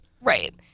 Right